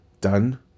done